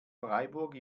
freiburg